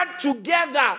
together